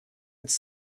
its